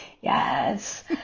Yes